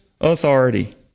authority